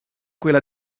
quella